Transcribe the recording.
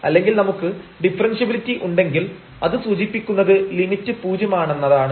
അല്ലെങ്കിൽ നമുക്ക് ഡിഫറെൻഷ്യബിലിറ്റി ഉണ്ടെങ്കിൽ അത് സൂചിപ്പിക്കുന്നത് ലിമിറ്റ് പൂജ്യം ആണെന്നാണ്